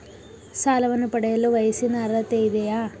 ಸಾಲವನ್ನು ಪಡೆಯಲು ವಯಸ್ಸಿನ ಅರ್ಹತೆ ಇದೆಯಾ?